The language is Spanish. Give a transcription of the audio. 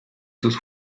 sus